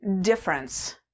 difference